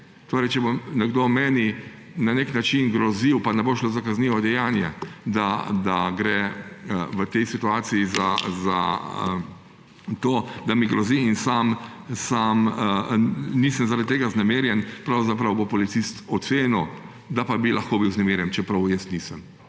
ne. Če bo nekdo meni na nek način grozil, pa ne bo šlo za kaznivo dejanje, da gre v tej situaciji za to, da mi grozi, sam pa nisem zaradi tega vznemirjen, bo pravzaprav policist ocenil, da pa bi lahko bil vznemirjen, čeprav jaz nisem.